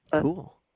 Cool